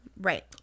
right